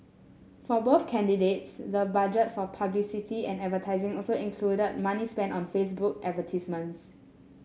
for both candidates the budget for publicity and advertising also included money spent on Facebook advertisements